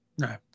No